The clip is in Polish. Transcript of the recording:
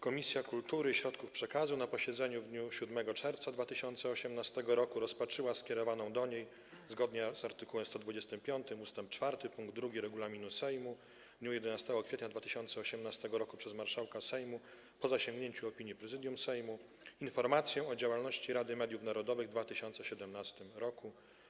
Komisja Kultury i Środków Przekazu na posiedzeniu w dniu 7 czerwca 2018 r. rozpatrzyła skierowaną do niej, zgodnie z art. 125 ust. 4 pkt 2 regulaminu Sejmu, w dniu 11 kwietnia 2018 r. przez marszałka Sejmu, po zasięgnięciu opinii Prezydium Sejmu, informację o działalności Rady Mediów Narodowych w 2017 r.